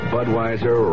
Budweiser